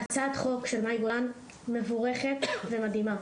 הצעת החוק של מאי גולן, מבורכת ומדהימה,